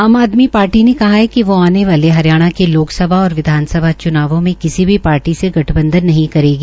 आम आदमी पार्टी ने कहा है कि वोह आने वाले हरियाणा के लोकसभा च्नावों और विधानसभा चूनावों में किसी भी पार्टी से गठबंधन नहीं करेगी